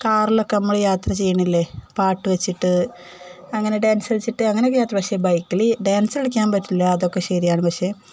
കാറിലൊക്കെ നമ്മള് യാത്ര ചെയ്യുന്നില്ലേ പാട്ട് വെച്ചിട്ട് അങ്ങനെ ഡാൻസ് കളിച്ചിട്ട് അങ്ങനെയൊക്കെ യാത്ര പക്ഷെ ബൈക്കില് ഡാൻസ് കളിക്കാൻ പറ്റില്ല അതൊക്കെ ശരിയാണ് പക്ഷെ